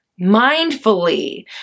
mindfully